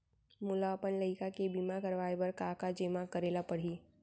मोला अपन लइका के बीमा करवाए बर का का जेमा करे ल परही?